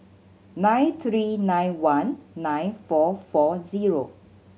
nine three nine one nine four four zero